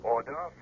Order